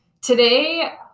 today